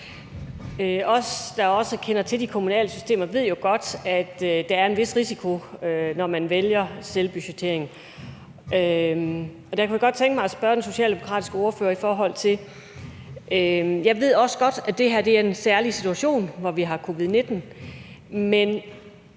Vi, der kender til de kommunale systemer, ved jo godt, at der er en vis risiko, når man vælger selvbudgettering. Og der kunne jeg godt tænke mig at spørge den socialdemokratiske ordfører om noget. Altså, jeg ved også godt, at det her er en særlig situation, hvor vi har covid-19,